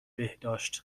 بهداشت